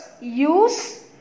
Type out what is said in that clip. use